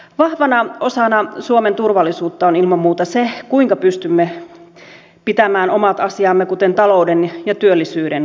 vahvana osana suomen turvallisuutta on ilman muuta se kuinka pystymme pitämään omat asiamme kuten talouden ja työllisyyden kunnossa